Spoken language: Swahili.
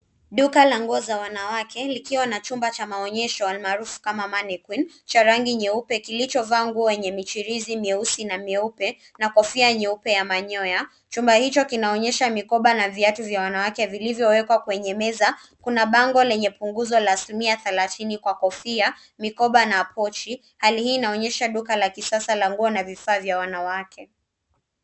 Duka la nguo za wanawake lina chumba cha maonyesho maarufu kwa manekeni. Kuna manekeni jeupe lililovishwa vazi lenye michirizi myeupe na myeusi pamoja na kofia nyeupe ya manyoya. Chumba hicho kinaonyesha pia mikoba na viatu vya wanawake vilivyowekwa juu ya meza. Pia kuna bango linalotangaza punguzo la asilimia 30 kwa kofia, mikoba na pochi. Hali hii inaonyesha duka la kisasa la nguo na vifaa vya wanawake